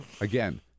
again